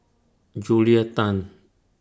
Julia Tan